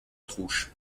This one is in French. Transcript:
trouche